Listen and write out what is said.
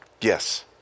Yes